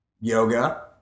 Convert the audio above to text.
yoga